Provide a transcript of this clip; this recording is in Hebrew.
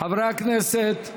חברי הכנסת,